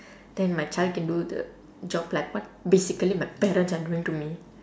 then my child can do the job like what basically my parents are doing to me